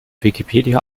wikipedia